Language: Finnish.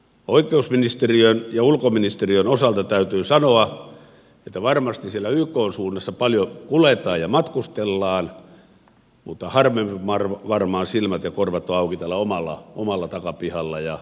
oikeusministeriön ja ulkoministeriön osalta täytyy sanoa että varmasti siellä ykn suunnassa paljon kuljetaan ja matkustellaan mutta harvemmin varmaan silmät ja korvat ovat auki täällä omalla takapihalla ja omassa maassa